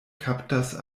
kaptas